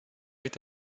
est